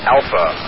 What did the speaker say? Alpha